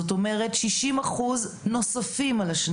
זאת אומרת: 60 אחוז נוספים על ה-2